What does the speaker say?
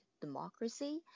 democracy